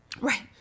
Right